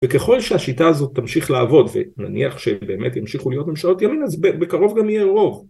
וככל שהשיטה הזאת תמשיך לעבוד, ונניח שבאמת ימשיכו להיות ממשלות ימין, אז בקרוב גם יהיה רוב.